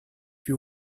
you